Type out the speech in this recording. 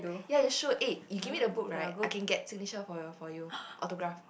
ya you should eh you give me the book right I can get signature for your for you autograph